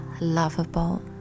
lovable